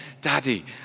Daddy